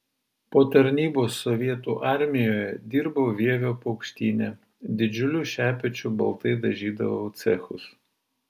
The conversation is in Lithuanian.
po tarnybos sovietų armijoje dirbau vievio paukštyne didžiuliu šepečiu baltai dažydavau cechus